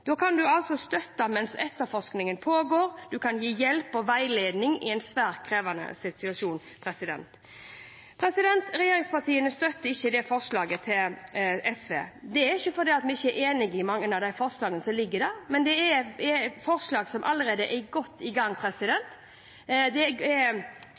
Da kan en altså støtte mens etterforskningen pågår, en kan gi hjelp og veiledning i en svært krevende situasjon. Regjeringspartiene støtter ikke forslaget fra SV. Det er ikke fordi vi ikke er enig i mange av de forslagene som ligger der, men dette er forslag som allerede er godt i gang,